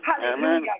Hallelujah